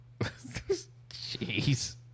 Jeez